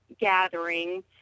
gathering